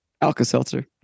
Alka-Seltzer